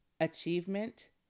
achievement